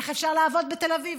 איך אפשר לעבוד בתל אביב?